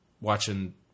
watching